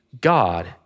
God